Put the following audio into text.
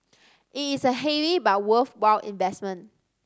it is a heavy but worthwhile investment